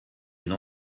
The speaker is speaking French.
une